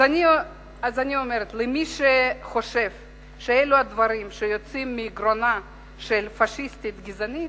אז אני אומרת: מי שחושב שאלה דברים שיוצאים מגרונה של פאשיסטית גזענית,